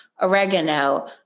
oregano